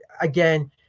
again